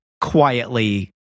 quietly